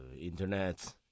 Internet